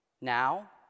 now